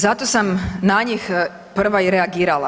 Zato sam na njih prva i reagirala.